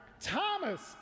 Thomas